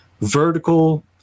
vertical